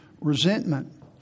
resentment